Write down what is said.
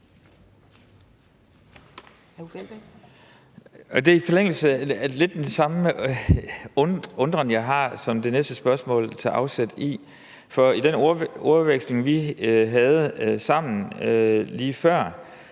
Det er lidt den samme undren, jeg har, som det næste spørgsmål tager afsæt i. For i den ordveksling, vi havde sammen lige før,